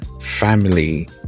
family